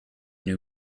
new